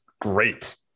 great